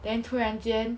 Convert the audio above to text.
then 突然间